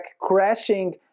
crashing